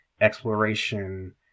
exploration